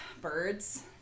birds